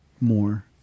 more